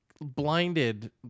blinded